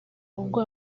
ubwo